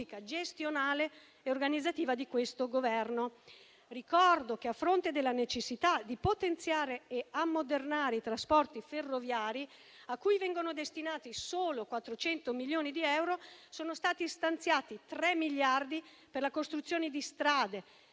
gestionale e organizzativa di questo Governo. Ricordo che a fronte della necessità di potenziare e ammodernare i trasporti ferroviari, a cui vengono destinati solo 400 milioni di euro, sono stati stanziati 3 miliardi per la costruzione di strade,